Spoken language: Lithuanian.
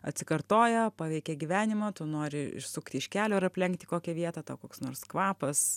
atsikartoja paveikia gyvenimą tu nori išsukti iš kelio ir aplenkti kokią vietą tau koks nors kvapas